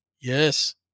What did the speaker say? Yes